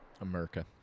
America